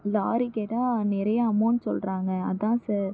lorry கேட்டால் நிறைய amount சொல்கிறாங்க அதுதான் சார்